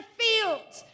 fields